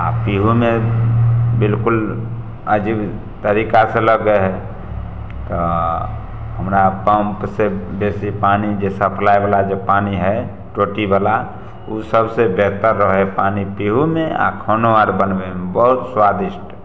आ पिहुमे बिल्कुल अजीब तरीकासँ लगै है तऽ हमरा पम्पसँ बेसी पानि जे सप्लाय बला जे पानि है टोटी बला ओ सबसे बेहतर रहै है पानि पीहुमे आर खानो बनबैमे बहुत स्वादिष्ट